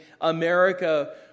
America